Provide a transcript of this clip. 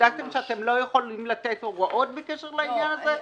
בדקתם שאתם לא יכולים לתת הוראות בקשר לעניין הזה?